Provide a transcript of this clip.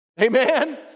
Amen